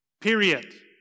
Period